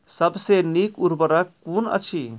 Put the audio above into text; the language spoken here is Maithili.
सबसे नीक उर्वरक कून अछि?